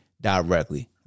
directly